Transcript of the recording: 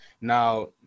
Now